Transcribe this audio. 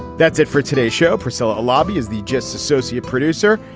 that's it for today's show. priscilla lobby is the just associate producer,